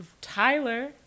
Tyler